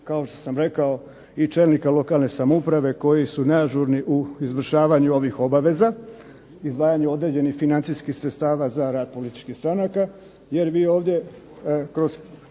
kao što sam rekao i čelnika lokalne samouprave koji su neažurni u izvršavanju ovih obaveza, izdvajanju određenih financijskih sredstava za rad političkih stranaka. Jer vi ovdje kroz